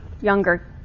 younger